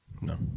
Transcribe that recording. No